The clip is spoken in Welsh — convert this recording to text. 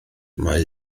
mae